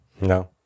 no